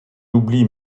oubli